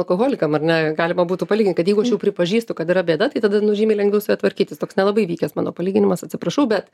alkoholikam ar ne galima būtų palygint kad jeigu aš jau pripažįstu kad yra bėda tai tada nu žymiai lengviau su ja tvarkytis toks nelabai vykęs mano palyginimas atsiprašau bet